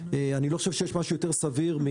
אני לא חושב שיש משהו יותר סביר מ